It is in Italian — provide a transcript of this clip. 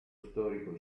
storico